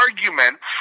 arguments